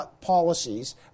policies